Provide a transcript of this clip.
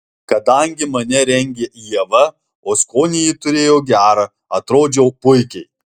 kadangi mane rengė ieva o skonį ji turėjo gerą atrodžiau puikiai